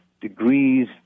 degrees